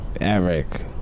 Eric